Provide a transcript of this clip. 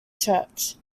church